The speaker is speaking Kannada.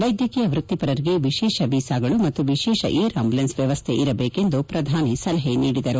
ವೈದ್ವಕೀಯ ವೃತ್ತಿಪರರಿಗೆ ವಿಶೇಷ ವೀಸಾಗಳು ಮತ್ತು ವಿಶೇಷ ಏರ್ ಆಂಬುಲೆನ್ಸ್ ವ್ಯವಸ್ಥೆ ಇರದೇಕು ಎಂದು ಶ್ರಧಾನಿ ಸಲಹೆ ನೀಡಿದರು